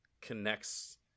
connects